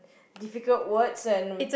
difficult words and